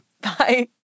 Bye